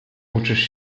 włóczysz